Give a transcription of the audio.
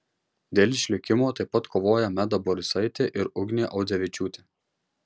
dėl išlikimo taip pat kovojo meda borisaitė ir ugnė audzevičiūtė